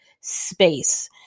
space